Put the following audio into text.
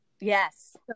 Yes